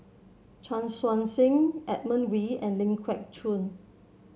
Chan Chun Sing Edmund Wee and Ling Geok Choon